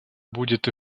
будет